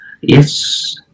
Yes